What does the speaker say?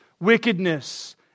wickedness